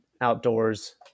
outdoors